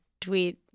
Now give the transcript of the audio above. tweet